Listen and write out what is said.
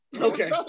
Okay